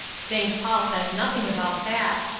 st. paul says nothing about that.